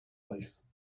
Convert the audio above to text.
reichs